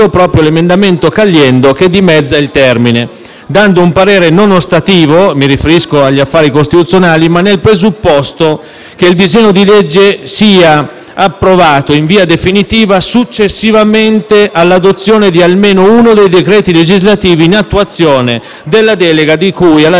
con un parere non ostativo - mi riferisco alla Commissione affari costituzionali - nel presupposto, però, che il disegno di legge sia approvato, in via definitiva, successivamente all'adozione di almeno uno dei decreti legislativi in attuazione della delega di cui alla legge n. 155